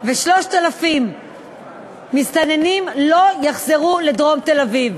ו-3,000 מסתננים לא יחזרו לדרום תל-אביב.